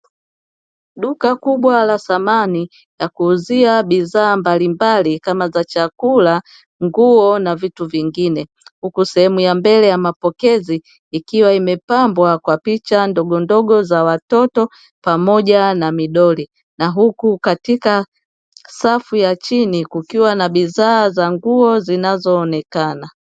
Duka kubwa la thamani la kuuzia bidhaa mbalimbali kama la chakula nguo na vitu vingine, huku sehemu ya mapokezi ikiwa imepambwa kwa picha ndogo ndogo za watoto pamoja na midoli na huku katika safu ya chini kukiwa na bidhaa za nguo zinazoonekana.